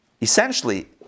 essentially